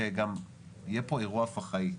שגם יהיה פה אירוע פח"עי.